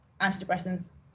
antidepressants